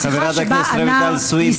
חברת הכנסת רויטל סויד,